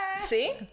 see